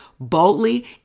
Boldly